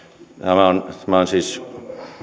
tämä on siis